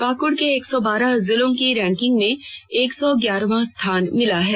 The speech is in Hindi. पाकुड़ के एक सौ बारह जिलों की रैंकिंग में एक सौ ग्यारहवां स्थान मिला है